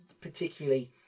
particularly